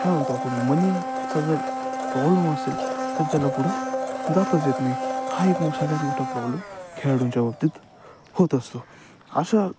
का म्हणतो आपण मनीचा जर प्रॉब्लम असेल तर त्याला पुढं जाताच येत नाही हा एक म सगळ्यात मोठा प्रॉब्लम खेळाडूंच्या बाबतीत होत असतो अशा